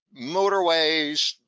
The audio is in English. motorways